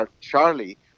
Charlie